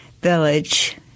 village